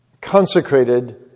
consecrated